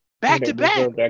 Back-to-back